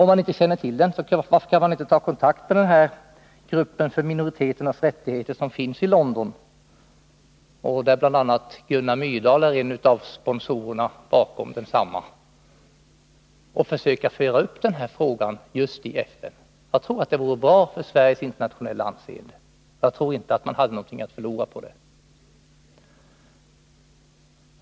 Om man inte känner till gruppen, så varför ändå inte ta kontakt med den här gruppen som arbetar för minoriteternas rättigheter? Den finns i London, och Gunnar Myrdal är en av sponsorerna bakom densamma. På det sättet kunde man försöka föra upp frågan just i FN. Jag tror att det vore bra för Sveriges internationella anseende. Jag tror inte att man skulle ha någonting att förlora på det.